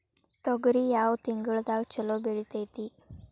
ತೊಗರಿ ಯಾವ ತಿಂಗಳದಾಗ ಛಲೋ ಬೆಳಿತೈತಿ?